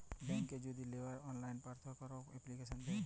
ব্যাংকে যদি লেওয়ার অললাইন পার্থনা ক্যরা এপ্লিকেশন দেয়